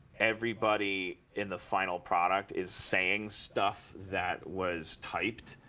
everybody in the final product is saying stuff that was typed,